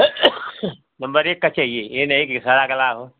number एक का चाहिए ये नहीं की सड़ा गला हो